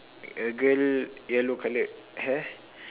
a girl yellow colored hair